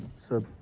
said.